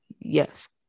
Yes